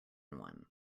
one